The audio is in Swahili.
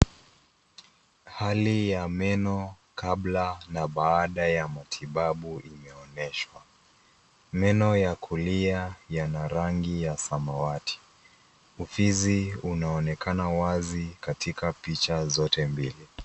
Hali ya meno kabla na baada ya mutibabu inioneshwa. Meno ya kulia yana rangi ya samawati. Ufizi unaonekana wazi katika picha zote mbili.